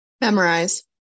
Memorize